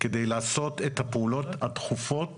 על מנת לעשות את הפעולות הדחופות